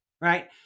right